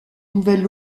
nouvelles